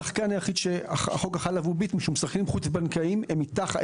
השחקן היחיד שהחוק חל עליו הוא "ביט" משום ששחקנים חוץ בנקאיים הם מתחת,